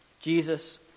Jesus